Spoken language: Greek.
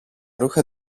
ρούχα